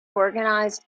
organized